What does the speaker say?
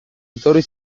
etorri